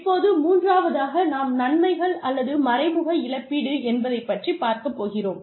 இப்போது மூன்றாவதாக நாம் நன்மைகள் அல்லது மறைமுக இழப்பீடு என்பதைப் பற்றி பார்க்க போகிறோம்